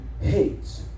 hates